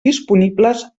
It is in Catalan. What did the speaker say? disponibles